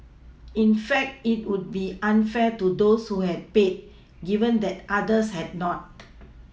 in fact it would be unfair to those who had paid given that others had not